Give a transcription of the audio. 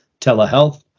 telehealth